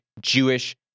Jewish